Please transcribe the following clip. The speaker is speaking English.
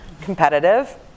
competitive